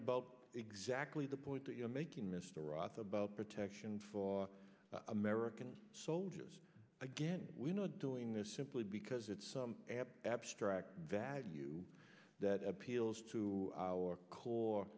about exactly the point that you're making mr roth about protection for american soldiers again we're not doing this simply because it's some abstract value that appeals to our core